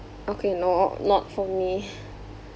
okay no not for me